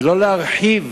ולא להרחיב